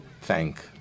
thank